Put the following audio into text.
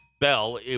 bell